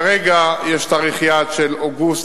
כרגע יש תאריך יעד של אוגוסט,